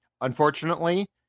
Unfortunately